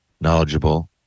knowledgeable